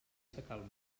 sacalm